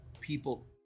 people